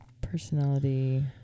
personality